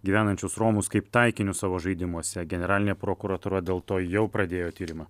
gyvenančius romus kaip taikinius savo žaidimuose generalinė prokuratūra dėl to jau pradėjo tyrimą